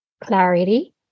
clarity